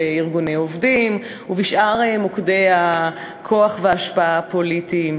בארגוני עובדים ובשאר מוקדי הכוח וההשפעה הפוליטיים,